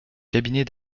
cabinet